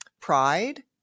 pride